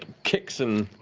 kicks and